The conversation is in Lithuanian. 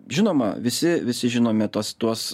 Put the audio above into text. žinoma visi visi žinome tuos tuos